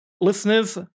listeners